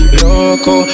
loco